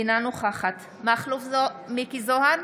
אינה נוכחת מכלוף מיקי זוהר,